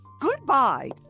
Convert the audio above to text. Goodbye